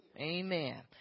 amen